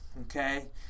Okay